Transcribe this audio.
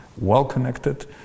well-connected